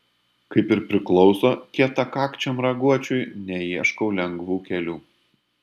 kaip ir priklauso kietakakčiam raguočiui neieškau lengvų kelių